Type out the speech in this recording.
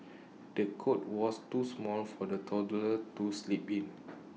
the cot was too small for the toddler to sleep in